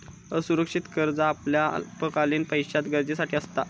असुरक्षित कर्ज आपल्या अल्पकालीन पैशाच्या गरजेसाठी असता